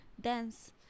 Dance